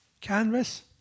Canvas